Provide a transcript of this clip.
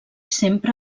sempre